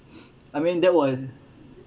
I mean that was